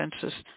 census